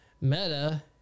Meta